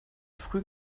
früh